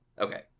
okay